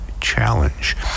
challenge